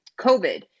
COVID